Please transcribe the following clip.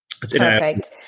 perfect